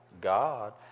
God